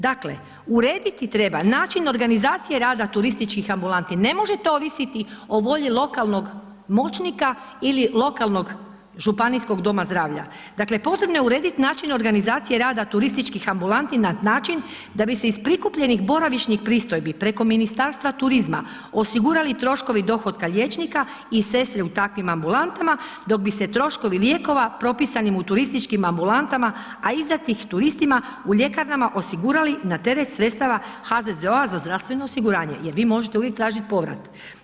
Dakle, urediti treba način organizacije rada turističkih ambulanti, ne možete ovisiti o volji lokalnog moćnika ili lokalnog županijskog doma zdravlja, dakle potrebno je uredit način organizacije rada turističkih ambulanti na način da bi se iz prikupljenih boravišnih pristojbi preko Ministarstva turizma osigurali troškovi dohotka liječnika i sestre u takvim ambulantama, dok bi se troškovi lijekova propisanim u turističkim ambulantama, a izdatih turistima u ljekarnama osigurali na teret sredstava HZZO-a za zdravstveno osiguranje jer vi možete uvijek tražit povrat.